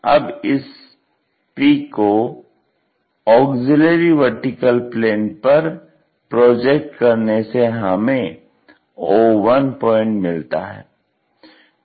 अब इस p को ऑग्ज़िल्यरी वर्टीकल प्लेन पर प्रोजेक्ट करने से हमें o1 पॉइंट मिलता है